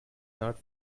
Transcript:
not